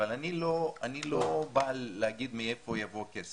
אבל אני לא בא להגיד מאיפה יבוא הכסף.